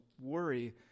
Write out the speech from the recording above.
worry